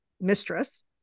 mistress